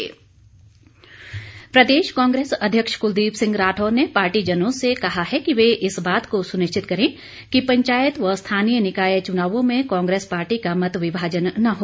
राठौर प्रदेश कांग्रेस अध्यक्ष कुलदीप सिंह राठौर ने पार्टीजनों से कहा है कि वे इस बात को सुनिश्चित करें कि पंचायत व स्थानीय निकाय चुनावों में कांग्रेस पार्टी का मत विभाजन न हो